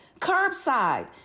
Curbside